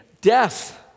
death